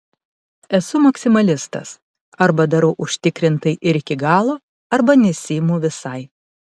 esu maksimalistas arba darau užtikrintai ir iki galo arba nesiimu visai